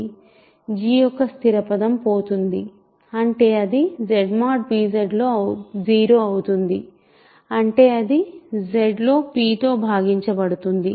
g యొక్క స్థిర పదం పోతుంది అంటే అది Z mod p Z లో 0 అవుతుంది అంటే ఇది Z లో p తో భాగించబడుతుంది